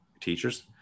teachers